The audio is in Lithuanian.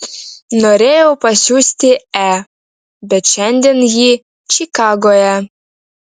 norėjau pasiųsti e bet šiandien ji čikagoje